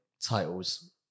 titles